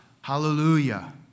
hallelujah